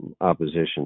opposition